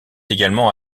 également